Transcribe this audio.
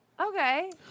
Okay